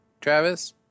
Travis